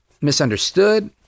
misunderstood